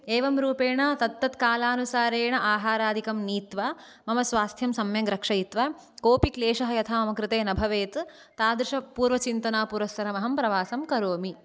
एवं रूपेण तत्तत् कालानुसारेण आहारादिकं नीत्वा मम स्वास्थ्यं सम्यक् रक्षयित्वा कोऽपि क्लेशः यथा मम कृते न भवेत् तादृश पूर्वचिन्तनापुरस्सरम् अहं प्रवासं करोमि